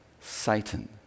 Satan